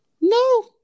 No